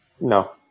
No